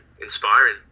inspiring